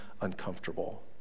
uncomfortable